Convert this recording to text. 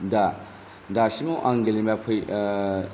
दा दासिमाव आं गेलेना फै